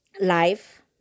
life